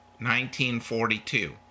1942